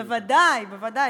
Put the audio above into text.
בוודאי, בוודאי.